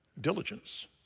diligence